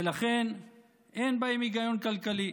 ולכן אין בהם היגיון כלכלי.